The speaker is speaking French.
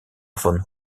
von